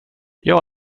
jag